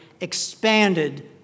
expanded